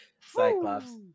Cyclops